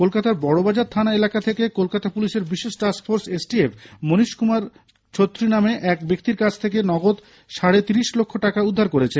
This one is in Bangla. কলকাতার বড বাজার থানা এলাকা থেকে কলকাতা পুলিশের বিশেষ task force S T F Manish Kumar Chhetri নামে এক ব্য্কতির কাছ থেকে নগদ সাড়ে ত্রিশ লক্ষ টাকা উদ্ধার করেছে